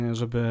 żeby